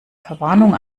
verwarnung